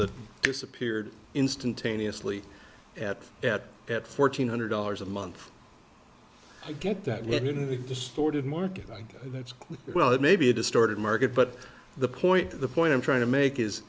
that disappeared instantaneously at at at fourteen hundred dollars a month i get that wouldn't be distorted market that's well it may be a distorted market but the point the point i'm trying to make is